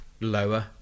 lower